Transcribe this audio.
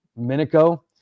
minico